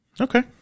Okay